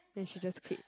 then she just quit